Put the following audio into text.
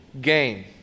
gain